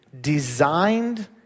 designed